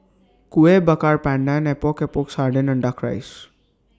Kueh Bakar Pandan Epok Epok Sardin and Duck Rice